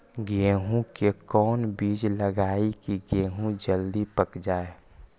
गेंहू के कोन बिज लगाई कि गेहूं जल्दी पक जाए?